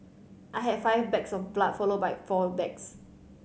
I had five bags of blood followed by four bags